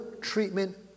treatment